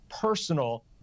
personal